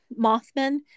Mothman